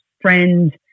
friends